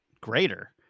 greater